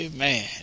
Amen